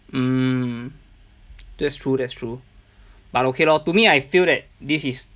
mm that's true that's true but okay lor to me I feel that this is